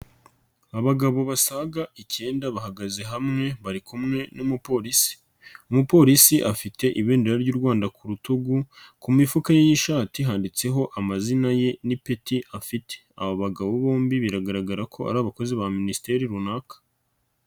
Abagabo basaga ikenda bahagaze hamwe bari kumwe n'umupolisi. Umupolisi afite ibendera ry'u Rwanda ku rutugu, ku mifuka y'ishati handitseho amazina ye n'ipeti afite. Aba bagabo bombi biragaragara ko ari abakozi ba minisiteri runaka.